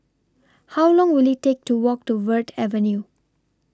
How Long Will IT Take to Walk to Verde Avenue